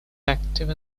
active